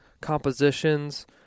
compositions